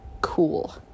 cool